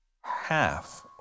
half